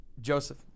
Joseph